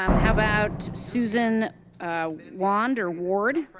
um how about susan wand or ward?